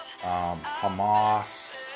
Hamas